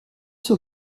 sur